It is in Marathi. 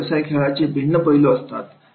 अशा व्यवसाय खेळचे भिन्न पैलू असतात